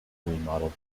remodeled